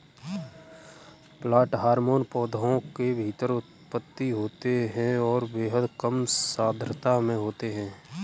plant hormone पौधों के भीतर उत्पादित होते हैंऔर बेहद कम सांद्रता में होते हैं